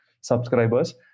subscribers